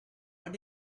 what